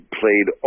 played